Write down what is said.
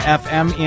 fm